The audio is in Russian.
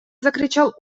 закричал